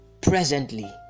presently